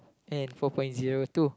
and four point zero two